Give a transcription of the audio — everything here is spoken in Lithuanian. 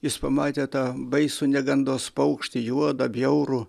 jis pamatė tą baisų negandos paukštį juodą bjaurų